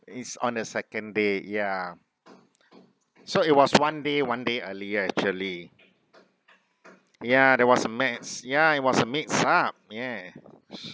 it's on the second day ya so it was one day one day earlier actually ya that was a messed ya it was a mixed up yeah